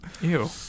Ew